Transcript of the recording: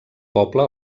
poble